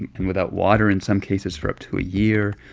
and and without water in some cases for up to a year.